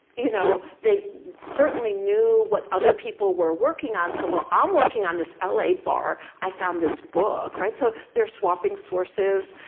you know, they certainly knew what other people were working on. so while i'm working on this la bar, i found this book, right. so they're swapping sources,